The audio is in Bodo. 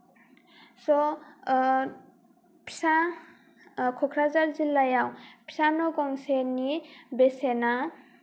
स' फिसा क'क्राझार जिल्लायाव फिसा न' गंसेनि बेसेनआ